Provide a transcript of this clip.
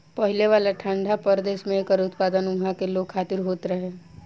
पहिले वाला ठंडा प्रदेश में एकर उत्पादन उहा के लोग खातिर होत रहे